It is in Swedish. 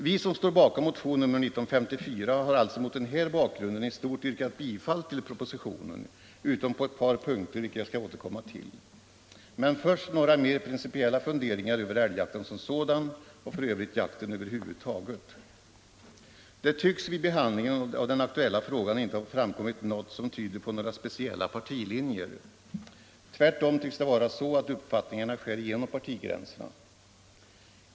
Vi som står bakom motionen 1954 har mot den här bakgrunden i stort yrkat bifall till propositionen, utom på ett par punkter, vilka jag skall återkomma till. Men först några mera principiella funderingar över älgjakten som sådan och jakten över huvud taget. Det har vid behandlingen av den aktuella frågan inte framkommit något som tyder på några speciella partilinjer. Tvärtom tycks det vara så att uppfattningarna skär igenom partigränserna.